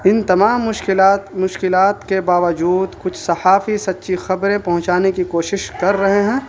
ان تمام مشکلات مشکلات کے باوجود کچھ صحافی سچی خبریں پہنچانے کی کوشش کر رہے ہیں